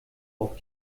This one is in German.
auf